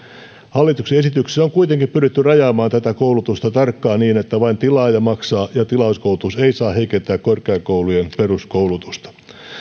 hallituksen esityksessä on kuitenkin pyritty rajaamaan tätä koulutusta tarkkaan niin että vain tilaaja maksaa ja tilauskoulutus ei saa heikentää korkeakoulujen peruskoulutusta